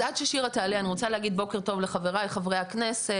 עד ששירה תעלה אני רוצה להגיד ב וקר טוב לחבריי חברי הכנסת,